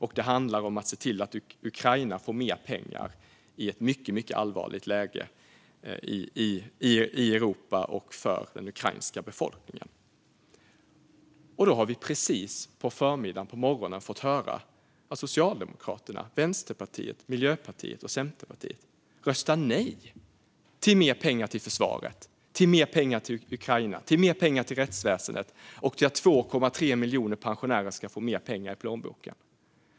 Och det handlar om att se till att Ukraina får mer pengar i ett mycket allvarligt läge i Europa och för den ukrainska befolkningen. Nu på morgonen har vi precis fått höra att Socialdemokraterna, Vänsterpartiet, Miljöpartiet och Centerpartiet röstar nej till mer pengar till försvaret, till mer pengar till Ukraina, till mer pengar till rättsväsendet och till att 2,3 miljoner pensionärer ska få mer pengar i plånboken.